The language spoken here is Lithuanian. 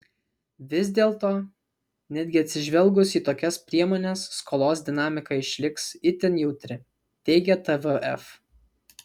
vis dėto netgi atsižvelgus į tokias priemones skolos dinamika išliks itin jautri teigia tvf